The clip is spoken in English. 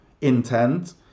intent